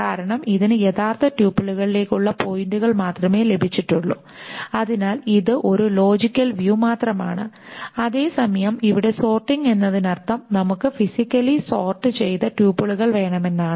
കാരണം ഇതിന് യഥാർത്ഥ ട്യൂപ്പിളുകളിലേക്കുള്ള പോയിന്ററുകൾ മാത്രമേ ലഭിച്ചിട്ടുള്ളൂ അതിനാൽ ഇത് ഒരു ലോജിക്കൽ വ്യൂ മാത്രമാണ് അതേസമയം ഇവിടെ സോർട്ടിങ് എന്നതിനർത്ഥം നമുക്ക് ഫിസിക്കലി സോർട് ചെയ്ത ട്യൂപ്പിളുകൾ വേണമെന്നാണ്